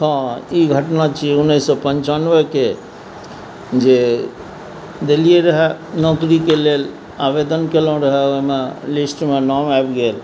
हँ ई घटना छियै उन्नैस सए पञ्चनबेके जे देलिये रऽहे नौकरीके लेल आवेदन कयलहुँ रऽहे ओइमे लिस्टमे नाम आबि गेल